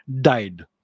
died